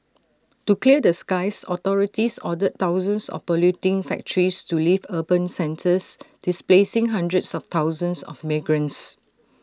to clear the skies authorities ordered thousands of polluting factories to leave urban centres displacing hundreds of thousands of migrants